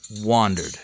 wandered